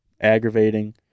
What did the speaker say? aggravating